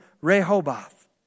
Rehoboth